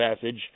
passage